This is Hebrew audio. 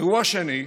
אירוע שני: